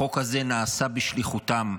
החוק הזה נעשה בשליחותן,